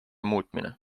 muutmine